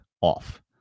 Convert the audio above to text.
off